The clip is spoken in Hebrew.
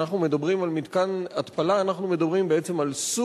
כשאנחנו מדברים על מתקן התפלה,